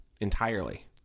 entirely